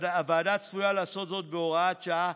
והוועדה צפויה לעשות זאת בהוראת שעה,